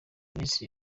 minisiteri